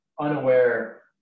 unaware